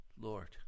Lord